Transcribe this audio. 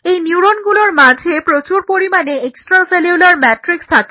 এই নিউরনগুলোর মাঝে প্রচুর পরিমাণে এক্সট্রা সেলুলার ম্যাট্রিক্স থাকে